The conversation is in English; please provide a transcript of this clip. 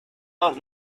out